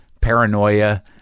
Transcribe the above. paranoia